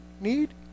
need